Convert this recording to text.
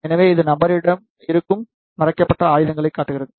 எனவே இது நபரிடம் இருக்கும் மறைக்கப்பட்ட ஆயுதத்தைக் காட்டுகிறது